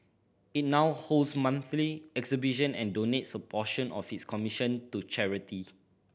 it now holds monthly exhibition and donates a portion of its commission to charity